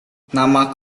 nama